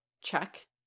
check